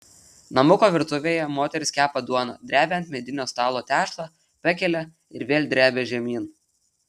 namuko virtuvėje moteris kepa duoną drebia ant medinio stalo tešlą pakelia ir vėl drebia žemyn